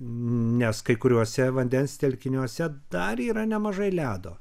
nes kai kuriuose vandens telkiniuose dar yra nemažai ledo